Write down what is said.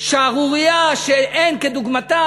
שערורייה שאין כדוגמתה.